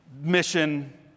mission